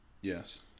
Yes